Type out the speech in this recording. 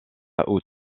aout